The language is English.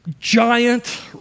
giant